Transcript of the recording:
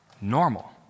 normal